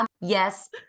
yes